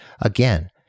Again